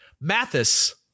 Mathis